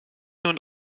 nun